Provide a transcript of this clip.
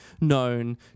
known